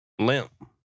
Limp